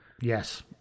Yes